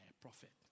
prophet